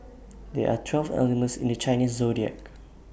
there are twelve animals in the Chinese Zodiac